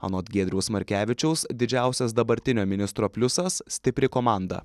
anot giedriaus markevičiaus didžiausias dabartinio ministro pliusas stipri komanda